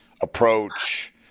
approach